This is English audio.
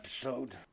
episode